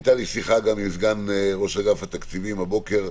הייתה לי שיחה גם עם סגן ראש אגף התקציבים הבוקר,